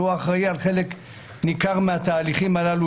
שאחראי על חלק ניכר מהתהליכים האלה.